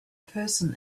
person